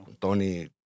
Tony